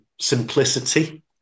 simplicity